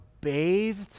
bathed